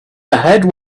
had